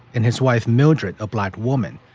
and his wife mildred, a black woman,